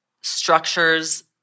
structures